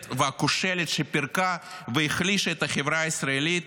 והכושלת שפירקה והחלישה את החברה הישראלית